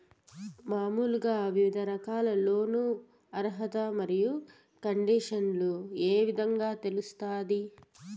మామూలుగా వివిధ రకాల లోను అర్హత మరియు కండిషన్లు ఏ విధంగా తెలుస్తాది?